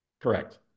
Correct